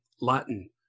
Latin